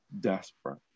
desperate